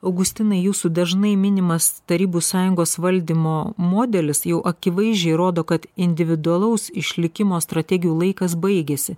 augustinai jūsų dažnai minimas tarybų sąjungos valdymo modelis jau akivaizdžiai rodo kad individualaus išlikimo strategijų laikas baigėsi